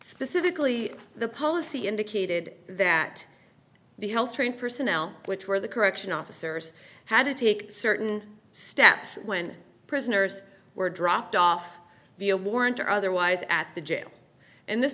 specifically the policy indicated that the health trained personnel which were the correction officers had to take certain steps when prisoners were dropped off via warrant or otherwise at the jail in this